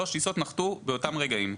שלוש טיסות נחתו באותם רגעים.